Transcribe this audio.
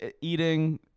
eating